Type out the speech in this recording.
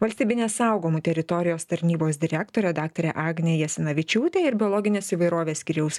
valstybinės saugomų teritorijos tarnybos direktorė daktarė agnė jasinavičiūtė ir biologinės įvairovės skyriaus